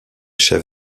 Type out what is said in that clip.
chef